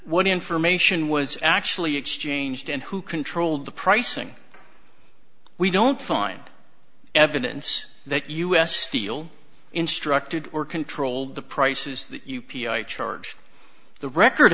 what information was actually exchanged and who controlled the pricing we don't find evidence that us steel instructed or controlled the prices that u p i charged the record